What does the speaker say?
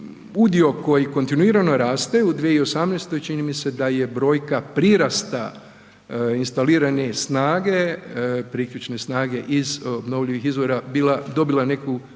udio koji kontinuirano rasta u 2018. čini mi se da je brojka prirasta instalirane snage, priključne snage iz obnovljivih izvora bila, dobila neku